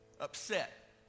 upset